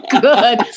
good